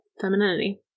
femininity